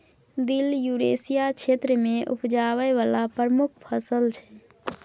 दिल युरेसिया क्षेत्र मे उपजाबै बला प्रमुख फसल छै